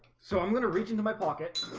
so i'm gonna reach into my pocket